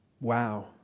Wow